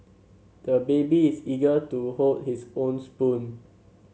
the baby is eager to hold his own spoon